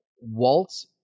Walt